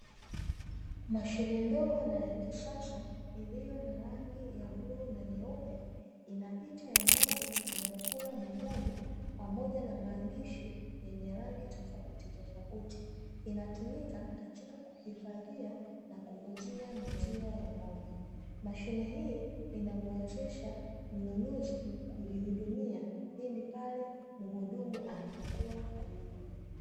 Mashine ndogo na ya kisasa, iliyo na rangi ya bluu na nyeupe. Ina picha ya ng'ombe anayekula majani pamoja na maandishi ya rangi tofautitofauti. Inatumika katika kuhifadhia na kuuzia maziwa ya ng'ombe. Mashine hii inamuwezesha mnunuzi kujihudumia pindi pale mhudumu anapokuwa hayupo.